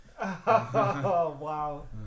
wow